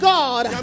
God